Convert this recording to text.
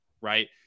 right